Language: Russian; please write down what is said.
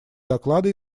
доклада